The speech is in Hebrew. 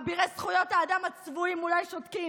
אבירי זכויות האדם הצבועים אולי שותקים,